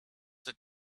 the